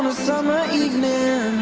summer evening